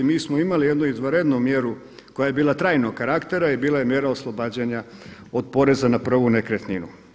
Mi smo imali jednu izvanrednu mjeru koja je bila trajnog karaktera, bila je mjera oslobađanja od poreza na prvu nekretninu.